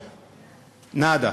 נאדה.